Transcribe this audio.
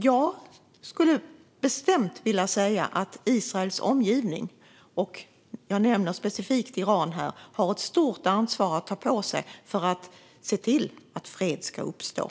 Jag vill bestämt säga att Israels omgivning, specifikt Iran, har ett stort ansvar för att fred ska uppnås.